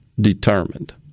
determined